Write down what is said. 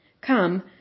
Come